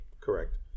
Correct